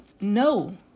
no